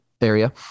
area